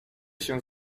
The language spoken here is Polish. się